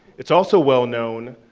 it's also well-known,